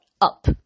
up